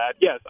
Yes